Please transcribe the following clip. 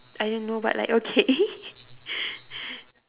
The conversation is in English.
I don't know but like okay